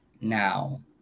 now